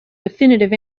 definitive